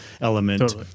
element